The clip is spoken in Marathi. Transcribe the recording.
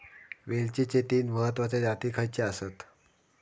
वेलचीचे तीन महत्वाचे जाती खयचे आसत?